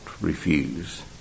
refuse